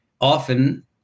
often